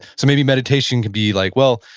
so maybe meditation can be, like well,